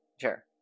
Sure